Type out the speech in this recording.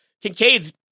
Kincaid's